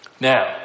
Now